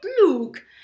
look